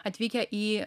atvykę į